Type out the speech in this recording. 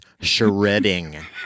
shredding